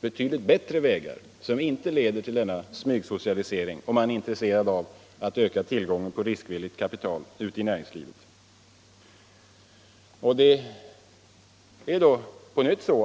betydligt bättre vägar, som inte leder till smygsocialisering, om man är intresserad av att öka tillgången på riskvilligt kapital i näringslivet.